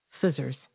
scissors